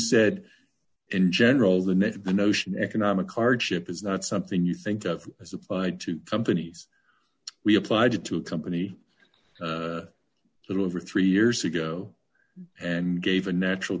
said in general the notion economic hardship is not something you think of as applied to companies we applied to a company that over three years ago and gave a natural